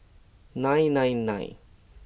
nine nine nine